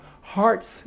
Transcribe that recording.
hearts